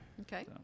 Okay